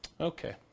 Okay